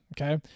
Okay